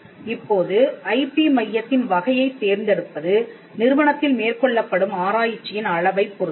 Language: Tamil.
இப்போது ஐபி மையத்தின் வகையைத் தேர்ந்தெடுப்பது நிறுவனத்தில் மேற்கொள்ளப்படும் ஆராய்ச்சியின் அளவை பொருத்தது